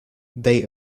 they